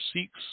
seeks